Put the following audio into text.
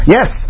Yes